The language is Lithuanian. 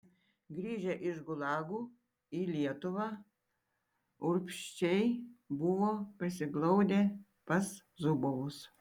grįžę iš gulagų į lietuvą urbšiai buvo prisiglaudę pas zubovus